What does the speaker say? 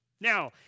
Now